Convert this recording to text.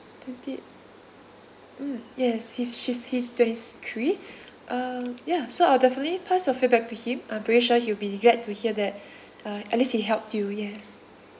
twentieth mm yes he's she's he's twenty three um ya so I'll definitely pass your feedback to him I'm pretty sure he'll be glad to hear that uh at least he helped you yes